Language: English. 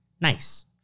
nice